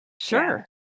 sure